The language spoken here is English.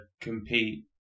compete